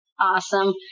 Awesome